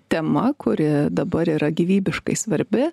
tema kuri dabar yra gyvybiškai svarbi